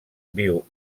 viu